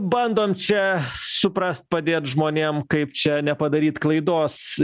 bandom čia suprast padėt žmonėm kaip čia nepadaryt klaidos